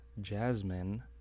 Jasmine